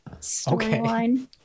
storyline